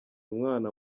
umwana